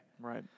Right